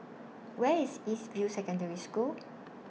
Where IS East View Secondary School